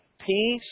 peace